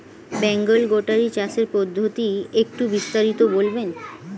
Bengal goatery চাষের পদ্ধতি একটু বিস্তারিত বলবেন?